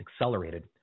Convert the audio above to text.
accelerated